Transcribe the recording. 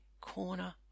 corner